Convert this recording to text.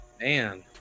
man